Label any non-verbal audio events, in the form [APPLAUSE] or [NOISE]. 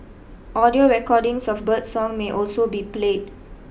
audio recordings of birdsong may also be [NOISE] played